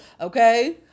Okay